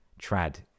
Trad